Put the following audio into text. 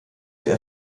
der